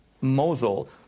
Mosul